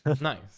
Nice